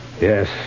Yes